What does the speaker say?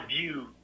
view